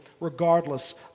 regardless